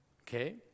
okay